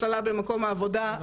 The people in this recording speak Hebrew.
הסללה במקום העבודה,